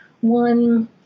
one